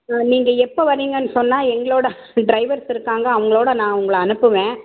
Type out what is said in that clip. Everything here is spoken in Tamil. ஸோ நீங்கள் எப்போ வரீங்கன்னு சொன்னால் எங்களோடய ட்ரைவர்ஸ் இருக்காங்க அவங்களோட நான் உங்களை அனுப்புவேன்